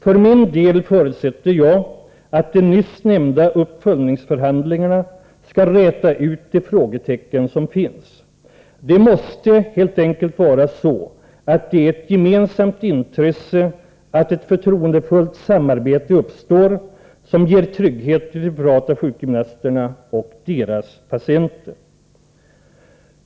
För min del förutsätter jag att de nyss nämnda uppföljningsförhandlingarna skall räta ut de frågetecken som finns. Det måste helt enkelt vara ett gemensamt intresse att ett förtroendefullt samarbete uppstår som ger trygghet till de privata sjukgymnasterna och deras patienter.